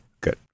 good